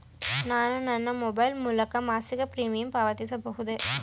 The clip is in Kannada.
ನಾನು ನನ್ನ ಮೊಬೈಲ್ ಮೂಲಕ ಮಾಸಿಕ ಪ್ರೀಮಿಯಂ ಪಾವತಿಸಬಹುದೇ?